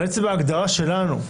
על עצם ההגדרה שלנו.